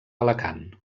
alacant